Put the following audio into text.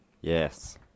Yes